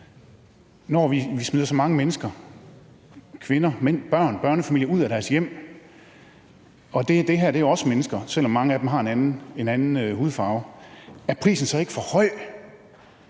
Når vi smider så mange kvinder, mænd, børn, børnefamilier ud af deres hjem – og det her er også mennesker, selv om mange af dem har en anden hudfarve – er prisen så ikke for høj,